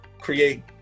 create